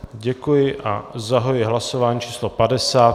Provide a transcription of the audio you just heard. Děkuji a zahajuji hlasování číslo 50.